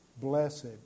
Blessed